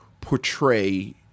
portray